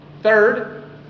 Third